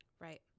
right